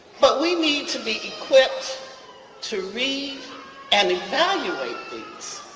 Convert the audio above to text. but we need to be equipped to read and evaluate these,